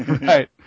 right